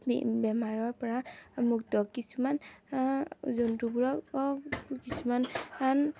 বেমাৰৰ পৰা মুক্ত কিছুমান জন্তুবোৰক কিছুমান